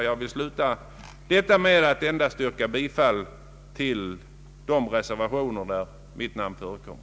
Jag slutar detta anförande med att endast yrka bifall till de reservationer där mitt namn förekommer.